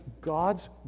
God's